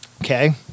Okay